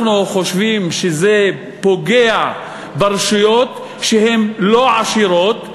אנחנו חושבים שזה פוגע ברשויות שהן לא עשירות,